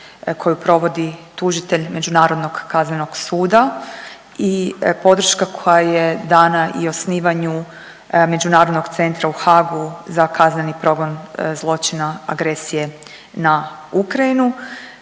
koju provodi tužitelj Međunarodnog kaznenog suda i podrška koja je dana i osnivanju Međunarodnog centra u Haagu za kazneni progon zločina agresije na Ukrajinu